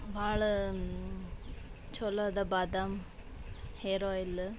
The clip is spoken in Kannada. ಭಾಳ ಚಲೋ ಅದ ಬಾದಾಮ್ ಹೇರ್ ಆಯ್ಲ